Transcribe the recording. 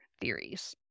theories